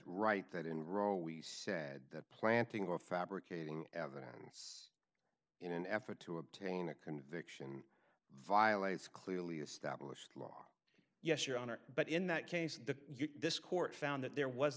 right that in rural we said that planting or fabricating evidence in an effort to obtain a conviction violates clearly established law yes your honor but in that case that this court found that there was